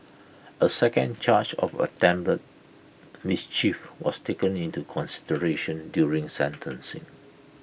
A second charge of attempted mischief was taken into consideration during sentencing